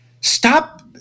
Stop